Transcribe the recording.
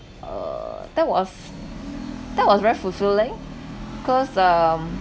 uh that was that was very fulfilling cause um